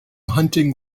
hunting